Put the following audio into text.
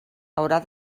haurà